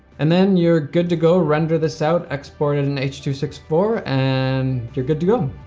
and then you're good to go, render this out, export it in h two six four, and you're good to go.